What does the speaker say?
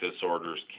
disorders